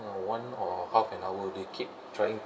one or half an hour they keep trying